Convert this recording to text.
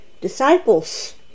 disciples